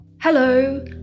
Hello